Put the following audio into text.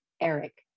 Eric